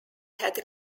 had